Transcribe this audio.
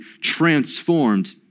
transformed